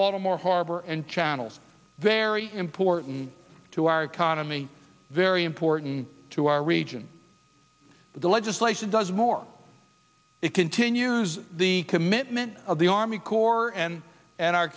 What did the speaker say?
baltimore harbor and channels very important to our economy very important to our region the legislation does more it continues the commitment of the army corps and and our